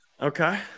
Okay